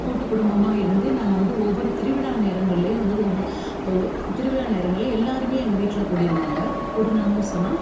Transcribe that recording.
கூட்டுக் குடும்பமாக இருந்து நாங்கள் வந்து ஒவ்வொரு திருவிழா நேரங்கள்லேயும் வந்து ஒவ்வொரு திருவிழா நேரங்களில் எல்லோருமே எங்கள் வீட்டில் கூடிருவாங்க கூடினாங்கன்னு சொன்னால்